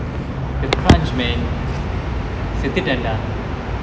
the crunch man செத்துட்டேன்டா:seththutenda